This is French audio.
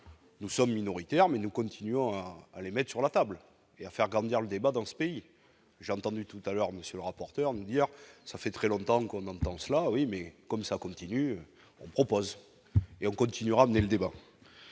nous sommes minoritaires mais nous continuons à les mettent sur la table et à faire grandir le débat dans ce pays, j'ai entendu tout à l'heure monsieur le rapporteur milliards ça fait très longtemps qu'on entend cela, oui, mais comme ça continue, on propose et on continu, ramené le débat.